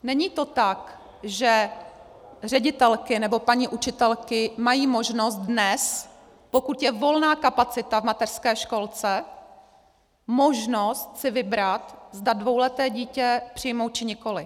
Není to tak, že ředitelky nebo paní učitelky mají dnes, pokud je volná kapacita v mateřské školce, možnost si vybrat, zda dvouleté dítě přijmou, či nikoliv.